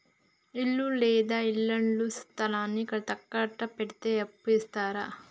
ఇల్లు లేదా ఇళ్లడుగు స్థలాన్ని తాకట్టు పెడితే అప్పు ఇత్తరా?